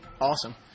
Awesome